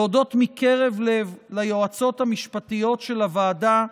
ולהודות מקרב לב ליועצות המשפטיות של הוועדה,